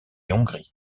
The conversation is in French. hongrie